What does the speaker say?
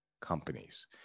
companies